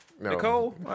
Nicole